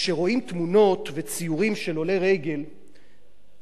כשרואים תמונות וציורים של עולי רגל בעבר,